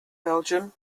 belgium